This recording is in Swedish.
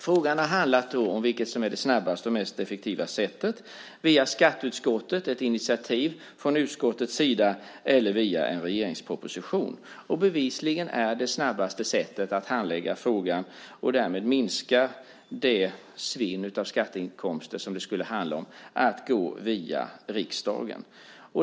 Frågan har handlat om vilket som är det snabbaste och mest effektiva sättet: via skatteutskottet, ett initiativ från utskottets sida, eller via en regeringsproposition. Bevisligen är det snabbaste sättet att handlägga frågan och därmed minska det svinn av skatteinkomster som det skulle handla om att gå via riksdagen.